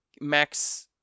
max